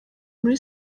muri